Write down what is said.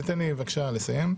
ותן לי בבקשה לסיים,